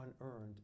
unearned